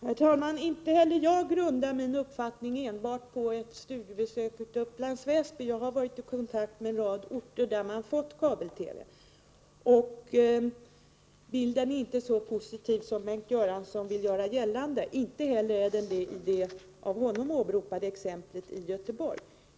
Herr talman! Inte heller jag grundar min uppfattning enbart på ett studiebesök i Upplands Väsby. Jag har varit i kontakt med en rad orter där man fått kabel-TV. Bilden är inte så positiv som Bengt Göransson vill göra gällande, inte heller i det av honom åberopade exemplet i Göteborg.